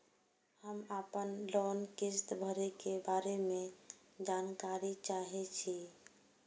हम आपन लोन किस्त भरै के बारे में जानकारी चाहै छी?